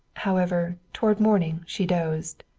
however, toward morning she dozed.